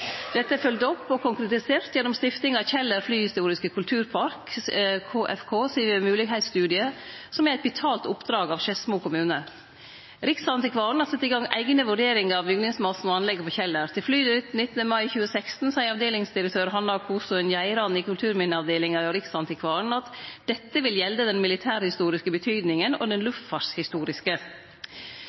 Dette er følgt opp og konkretisert gjennom stiftinga Kjeller flyhistoriske kulturpark, KFK, sin moglegheitsstudie, som er eit betalt oppdrag frå Skedsmo kommune. Riksantikvaren har sett i gang eigne vurderingar av bygningsmassen og anlegget på Kjeller. Til Flynytt 19. mai 2016 seier avdelingsdirektør Hanna Kosonen Geiran i Kulturminneavdelinga hos Riksantikvaren at «dette vil gjelde den militærhistoriske betydningen og den